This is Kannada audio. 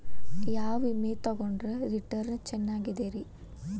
ಯಾವ ವಿಮೆ ತೊಗೊಂಡ್ರ ರಿಟರ್ನ್ ಚೆನ್ನಾಗಿದೆರಿ?